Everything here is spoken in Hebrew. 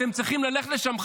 אתם צריכים ללכת לשם,